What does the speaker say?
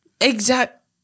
exact